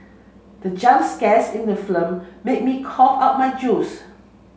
the jump scares in the film made me cough out my juice